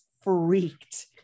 freaked